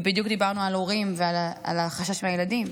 ובדיוק דיברנו על הורים ועל חשש על הילדים,